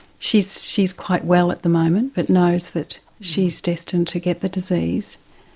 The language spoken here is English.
she's she's quite well at the moment but knows that she's destined to get the disease.